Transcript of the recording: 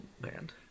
band